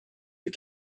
you